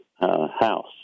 house